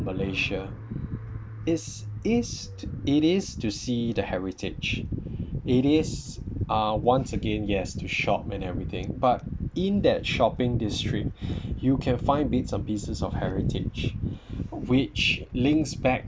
malaysia is is it is to see the heritage it is uh once again yes to shop and everything but in that shopping district you can find bits and pieces of heritage which links back